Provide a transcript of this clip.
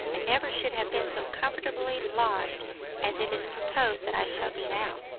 i never should have been so comfortably lodged as it is proposed that i shall be now.